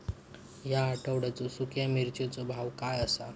या आठवड्याचो सुख्या मिर्चीचो भाव काय आसा?